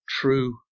true